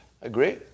Agree